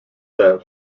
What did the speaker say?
that